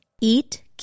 Eat